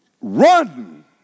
run